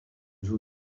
zone